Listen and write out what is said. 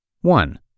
One